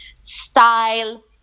style